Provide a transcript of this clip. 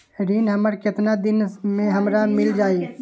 ऋण हमर केतना दिन मे हमरा मील जाई?